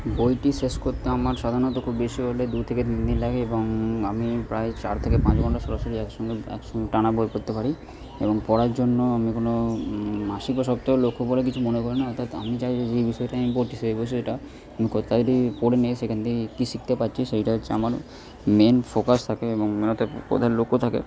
বইটি শেষ করতে আমার সাধারণত খুব বেশি হলে দু থেকে তিন দিন লাগে এবং আমি প্রায় চার থেকে পাঁচ ঘণ্টা সরাসরি একসঙ্গে একসঙ্গে টানা বই পড়তে পারি এবং পড়ার জন্য আমি কোনো মাসিক বা সপ্তাহে লক্ষ্য করে কিছু মনে করি না অর্থাৎ আমি চাই যে যেই বিষয়টা নিয়ে পড়ছি সেই বিষয়টা পড়ে নিয়ে সেখান থেকে কী শিখতে পারছি সেটা হচ্ছে আমার মেন ফোকাস থাকে এবং অর্থাৎ প্রধান লক্ষ্য থাকে